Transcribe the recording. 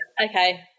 Okay